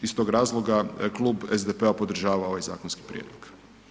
Iz tog razloga Klub SDP-a podržava ovaj zakonski prijedlog.